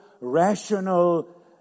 rational